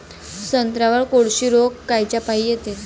संत्र्यावर कोळशी रोग कायच्यापाई येते?